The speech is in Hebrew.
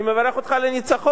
אני מברך אותך על הניצחון.